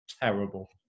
terrible